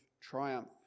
triumph